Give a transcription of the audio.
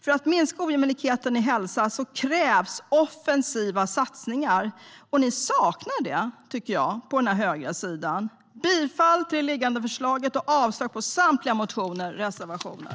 För att minska ojämlikheten i hälsa krävs offensiva satsningar. Ni saknar det på den högra sidan, tycker jag. Jag yrkar bifall till utskottets förslag och avslag på samtliga motioner och reservationer.